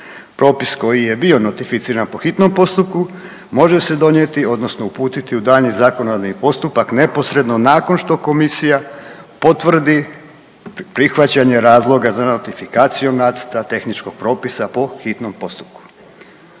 Propis koji je bio notificiran po hitnom postupku može se donijeti odnosno uputiti u daljnji zakonodavni postupak neposredno nakon što komisija potvrdi prihvaćanje razloga za notifikaciju nacrta tehničkog propisa po hitnom postupku.